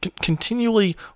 continually